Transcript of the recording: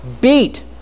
beat